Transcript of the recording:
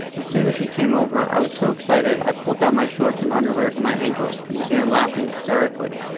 as soon as she came over i was so excited i pulled down my shorts and underwear to my ankles and began laughing hysterically.